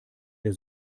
der